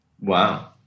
Wow